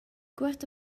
cuort